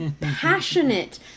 passionate